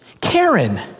Karen